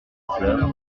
fleurs